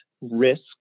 risk